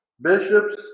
bishops